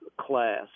class